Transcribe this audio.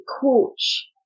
coach